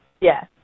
yes